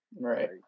right